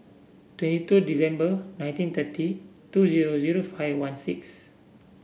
twenty two December nineteen thirty two zero zero five one six